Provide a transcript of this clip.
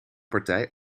partij